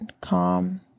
calm